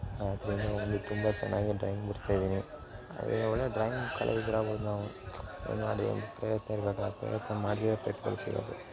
ಆದ್ದರಿಂದ ಒಂದು ತುಂಬ ಚೆನ್ನಾಗಿ ಡ್ರಾಯಿಂಗ್ ಬಿಡಿಸ್ತಾ ಇದ್ದೀನಿ ಅದರಿಂದ ಒಳ್ಳೆ ಡ್ರಾಯಿಂಗ್ ಕಲಾವಿದ್ರು ಆಗ್ಬೋದು ನಾವು ಏನ್ಮಾಡಿ ಒಂದು ಪ್ರಯತ್ನ ಇರ್ಬೇಕು ಆ ಪ್ರಯತ್ನ ಮಾಡಿಯೇ ಪ್ರತಿಫಲ ಸಿಗೋದು